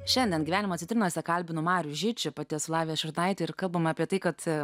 šiandien gyvenimą citrinose kalbinu marių šičia pati slavė šmitaitė ir kalbama apie tai kad